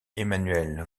emmanuelle